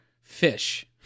fish